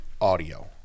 Audio